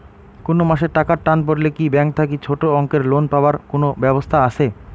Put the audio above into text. কুনো মাসে টাকার টান পড়লে কি ব্যাংক থাকি ছোটো অঙ্কের লোন পাবার কুনো ব্যাবস্থা আছে?